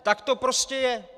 Tak to prostě je.